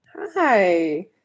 Hi